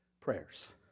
prayers